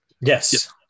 Yes